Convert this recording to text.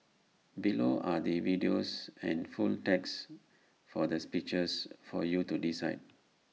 below are the videos and full text for the speeches for you to decide